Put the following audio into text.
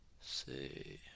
see